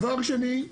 דבר שני,